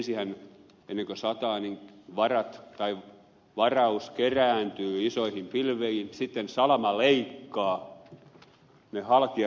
ensinhän ennen kuin sataa varat tai varaus kerääntyy isoihin pilviin sitten salama leikkaa ne halki ja sitten sataa